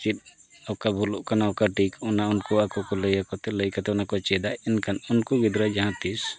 ᱪᱮᱫ ᱚᱠᱟ ᱵᱷᱩᱞᱩᱜ ᱠᱟᱱᱟ ᱚᱠᱟ ᱴᱷᱤᱠ ᱚᱱᱟ ᱩᱱᱠᱩ ᱟᱠᱚ ᱠᱚ ᱞᱟᱹᱭ ᱟᱠᱚ ᱛᱮ ᱞᱟᱹᱭ ᱠᱟᱛᱮᱫ ᱚᱱᱟ ᱠᱚ ᱪᱮᱫᱟ ᱮᱱᱠᱷᱟᱱ ᱩᱱᱠᱩ ᱜᱤᱫᱽᱨᱟᱹ ᱡᱟᱦᱟᱸ ᱛᱤᱸᱥ